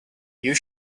you